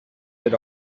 had